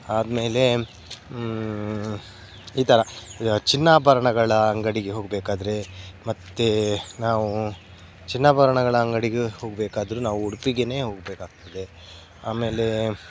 ಆದ್ಮೇಲೆ ಇತರ ಚಿನ್ನಾಭರಣಗಳ ಅಂಗಡಿಗೆ ಹೋಗಬೇಕಾದ್ರೆ ಮತ್ತು ನಾವು ಚಿನ್ನಾಭರಣಗಳ ಅಂಗಡಿಗೆ ಹೋಗಬೇಕಾದ್ರು ನಾವು ಉಡುಪಿಗೆಯೇ ಹೋಗಬೇಕಾಗ್ತದೆ ಆಮೇಲೆ